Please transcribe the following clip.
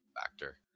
factor